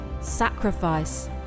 sacrifice